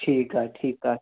ठीकु आहे ठीकु आहे